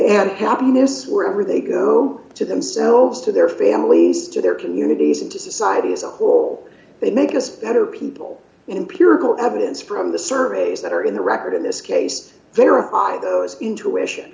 have happiness wherever they go to themselves to their families to their communities and to society as a whole they make us better people in pure gold evidence from the surveys that are in the record in this case verify those intuition